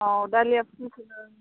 अ dahlia फुलखौ